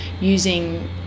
using